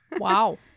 Wow